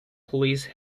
police